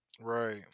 right